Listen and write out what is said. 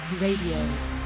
Radio